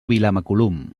vilamacolum